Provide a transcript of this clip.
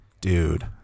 dude